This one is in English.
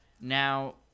Now